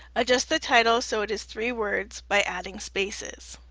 adjust the title so it is three words by adding spaces.